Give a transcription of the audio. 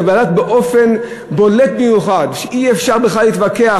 זה בלט באופן מיוחד שאי-אפשר בכלל להתווכח.